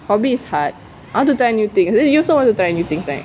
hobby is hard I want to try new things you also want to try new things right